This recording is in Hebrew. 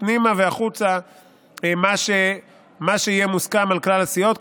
פנימה והחוצה מה שיהיה מוסכם על כלל הסיעות,